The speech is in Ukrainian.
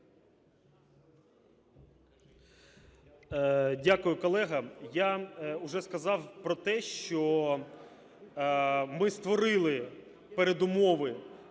Дякую, колега. Я вже сказав про те, що ми створили передумови